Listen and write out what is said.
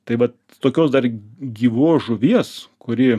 taip vat tokios dar gyvos žuvies kuri